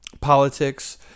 politics